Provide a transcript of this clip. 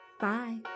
Bye